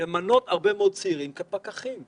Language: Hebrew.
יש למנות הרבה מאוד צעירים כפקחים.